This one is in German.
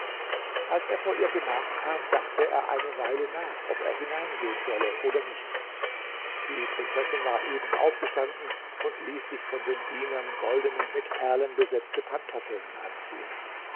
als er vor ihr gemach kam dachte er eine weile nach ob er hineingehen solle oder nicht die prinzessin war eben aufgestanden und ließ sich von den dienern goldene mit perlen besetzte pantoffeln anziehen